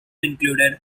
included